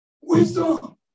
wisdom